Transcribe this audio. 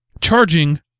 charging